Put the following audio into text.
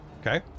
Okay